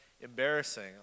embarrassing